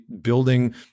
building